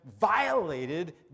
violated